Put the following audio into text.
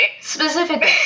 Specifically